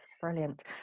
brilliant